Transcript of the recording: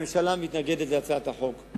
הממשלה מתנגדת להצעת החוק.